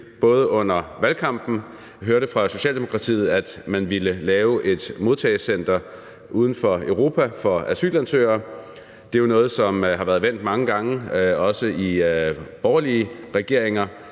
glæde under valgkampen hørte fra Socialdemokratiet, at man ville lave et modtagecenter uden for Europa for asylansøgere. Det er jo noget, som har været vendt mange gange også i borgerlige regeringer.